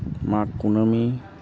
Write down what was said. ᱢᱟᱜᱽ ᱠᱩᱱᱟᱹᱢᱤ